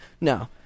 No